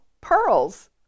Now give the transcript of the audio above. pearls